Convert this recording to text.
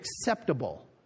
acceptable